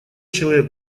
человек